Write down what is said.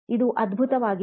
ಇದು ಅದ್ಭುತವಾಗಿದೆ